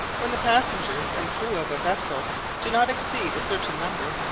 when the passengers and crew of a vessel do not exceed a certain number,